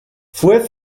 fue